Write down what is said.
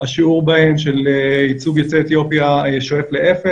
השיעור בהן של ייצוג יוצאי אתיופיה שואף לאפס